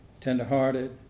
tender-hearted